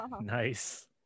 Nice